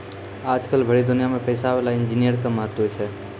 आजकल भरी दुनिया मे पैसा विला इन्जीनियर के महत्व छै